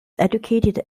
educated